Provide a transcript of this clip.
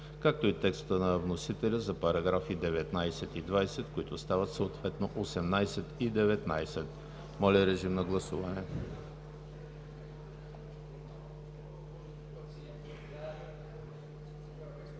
както и текста на вносителя за параграфи 19 и 20, които стават съответно 18 и 19. Гласували